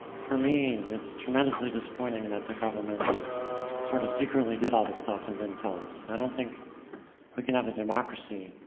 for me, it's tremendously disappointing that the government sort of secretly did all this stuff and didn't tell us. i don't think we can have a democracy